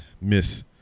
miss